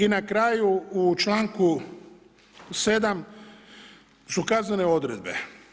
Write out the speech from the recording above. I na kraju u članku 7. su kaznene odredbe.